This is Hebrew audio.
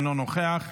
אינו נוכח,